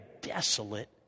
desolate